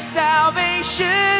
salvation